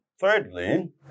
Thirdly